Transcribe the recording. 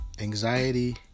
anxiety